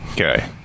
okay